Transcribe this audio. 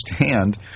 understand